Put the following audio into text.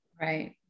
right